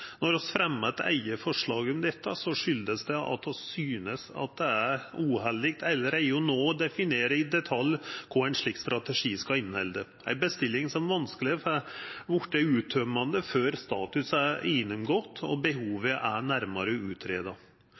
eit eige forslag om dette, kjem det av at vi synest det er uheldig allereie no å definera i detalj kva ein slik strategi skal innehalda – ei bestilling som vanskeleg vert uttømmande før status er gjennomgått og behovet er nærmare